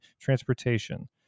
transportation